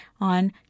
on